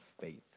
faith